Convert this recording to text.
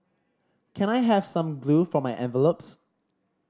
can I have some glue for my envelopes